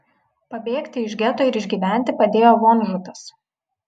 pabėgti iš geto ir išgyventi padėjo vonžutas